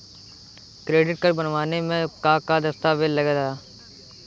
Credit card बनवावे म का का दस्तावेज लगा ता?